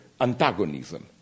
antagonism